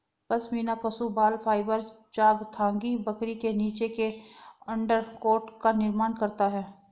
पश्मीना पशु बाल फाइबर चांगथांगी बकरी के नीचे के अंडरकोट का निर्माण करता है